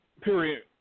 Period